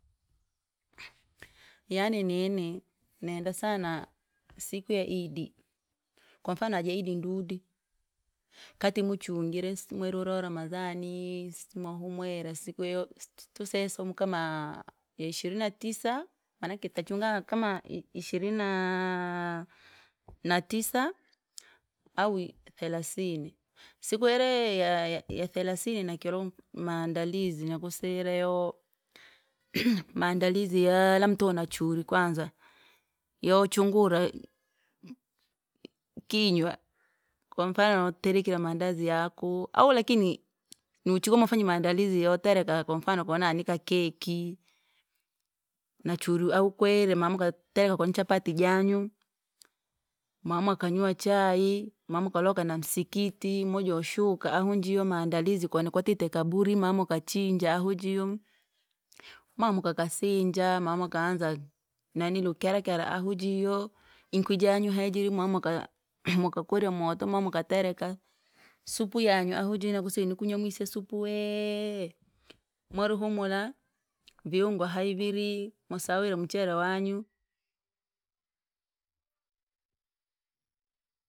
Yaani nini, nenda sana! Siku ya idi, kwamfano daja idi ndudi, kati muchungire si- mweri we ramadhaan, sita mwahumwire siku iyo situ tuseye isumu kama! Ya ishirini na tisa, manake tachnga kama i- ishirini naa- natisa au i- thelasini, siku ira ya- yathelasini nakirom maandalizi nakusireyo, maandalizi yalomto na churi kwanza, ya chungura kinywa, kwa mfano waterekira maandazi yaku, au lakini nuchukwafanye maandalizi yotereka. Kwa mfano koninani kakekii, nachuri ahu kwerire mamwakatenga kononani chapatti janyu, mamwaka nyuwa chai, mamwekaloka namsikiti moja shuka ahuu njiyo maandalizi koni kwatite kaburi mamwakachinja ahu jiyo. Mwamakakasinja mamakaanza nani lukerakera ahu jiyo, inkwi janyu haijiri mwamwaka mamwakakorya moto mamwaukatereka, supu yanu ahi jiyo nakusire nikunywa mwise supu wee! Mwiruhumula, viungo hayiviri, mwasahwire mchere wanyu.